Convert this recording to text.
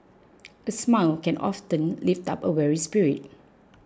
a smile can often lift up a weary spirit